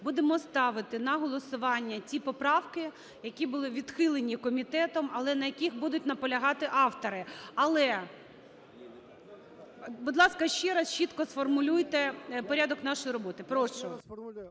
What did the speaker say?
будемо ставити на голосування ті поправки, які були відхилені комітетом, але на яких будуть наполягати автори. Але, будь ласка, ще раз чітко сформулюйте порядок нашої роботи. Прошу.